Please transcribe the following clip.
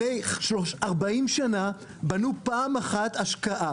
אחרי 40 שנה בנו פעם אחת השקעה.